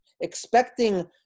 expecting